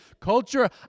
culture